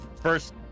first